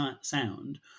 sound